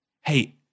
hey